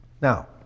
Now